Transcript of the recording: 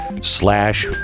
slash